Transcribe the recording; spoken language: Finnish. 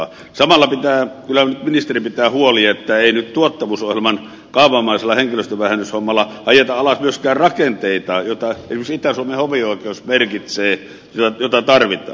samalla pitää kyllä nyt ministerin pitää huoli että ei nyt tuottavuusohjelman kaavamaisella henkilöstönvähennyshommalla ajeta alas myöskään rakenteita joita esimerkiksi itä suomen hovioikeus merkitsee ja joita tarvitaan